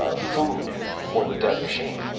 ah food for the dead machine.